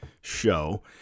show